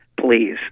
please